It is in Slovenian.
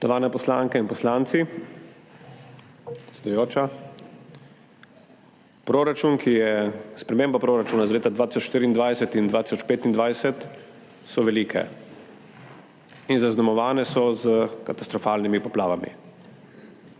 Spoštovane poslanke in poslanci, predsedujoča! Spremembe proračuna za leti 2024 in 2025 so velike in zaznamovane s katastrofalnimi poplavami.